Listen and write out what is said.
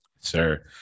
sir